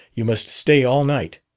you must stay all night.